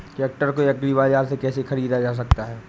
Tractor को agri बाजार से कैसे ख़रीदा जा सकता हैं?